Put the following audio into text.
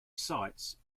sites